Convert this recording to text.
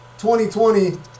2020